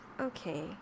Okay